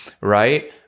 Right